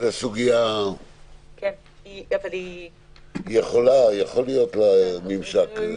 זו סוגיה שיכול להיות לה ממשק.